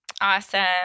Awesome